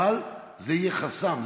אבל זה יהיה חסם,